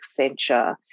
Accenture